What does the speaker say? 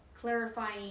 clarifying